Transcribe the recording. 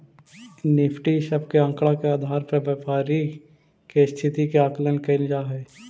Nifty इ सब के आकड़ा के आधार पर व्यापारी के स्थिति के आकलन कैइल जा हई